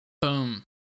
Boom